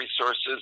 resources